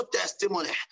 testimony